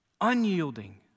unyielding